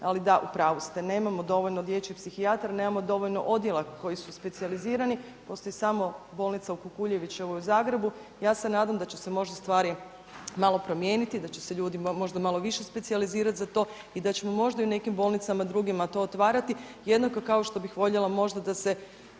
ali da, u pravu ste, nemamo dovoljno dječjih psihijatara nemamo dovoljno odjela koji su specijalizirani, postoji samo bolnica u Kukuljevičevoj u Zagrebu, ja se nadam da će se možda stvari malo promijeniti, da će se ljudi možda malo više specijalizirati za to i da ćemo možda i u nekim bolnicama drugima to otvarati, jednako kao što bih voljela možda da se,